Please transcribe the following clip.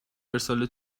ارسال